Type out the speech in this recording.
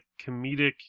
comedic